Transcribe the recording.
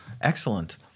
Excellent